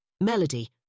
Melody